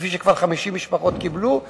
כפי ש-50 משפחות כבר קיבלו,